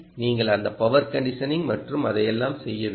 நீங்கள் அந்த power conditioning மற்றும் அதையெல்லாம் செய்ய வேண்டும்